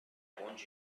want